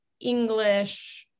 english